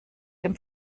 dem